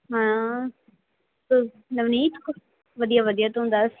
ਹਾਂ ਤੇ ਨਵਨੀਤ ਵਧੀਆ ਵਧੀਆ ਤੂੰ ਦੱਸ